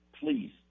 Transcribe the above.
please